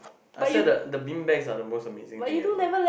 I swear the the bean are the most amazing thing ever